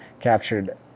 captured